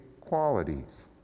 qualities